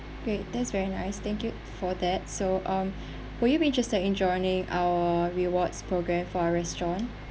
great that's very nice thank you for that so um would you be interested in joining our rewards program for our restaurant